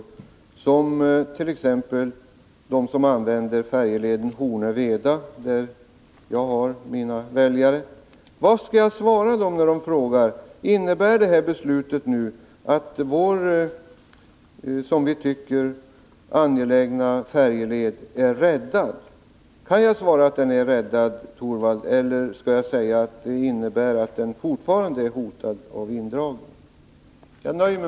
Vad skall jag svara t.ex. dem som använder färjeleden Hornö-Veda — de trakter där jag har mina väljare — när de frågar: Innebär det här beslutet att vår, som vi tycker, angelägna färjeled är räddad? Kan jag svara dem att den är räddad, Rune Torwald, eller skall jag säga att Nr 51 beslutet innebär att den fortfarande är hotad av indragning? Jag nöjer mig